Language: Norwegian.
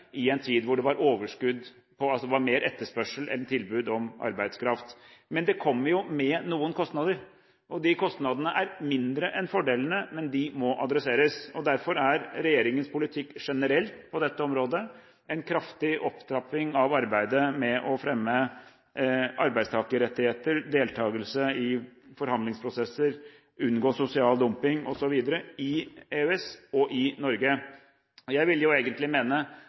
i en tid med mer etterspørsel etter enn tilbud om arbeidskraft. Men det kommer med noen kostnader. De kostnadene er mindre enn fordelene, men de må adresseres. Derfor er regjeringens politikk generell på dette området: En kraftig opptrapping av arbeidet med å fremme arbeidstakerrettigheter, deltakelse i forhandlingsprosesser, unngå sosial dumping, osv. i EØS og i Norge.